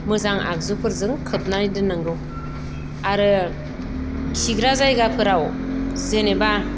मोजां आगजुफोरजों खोबनानै दोननांगौ आरो खिग्रा जायगाफोराव जेनोबा